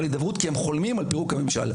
אבל המצב הוא שהם חולמים להגיע לפירוק הממשלה,